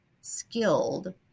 skilled